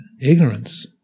ignorance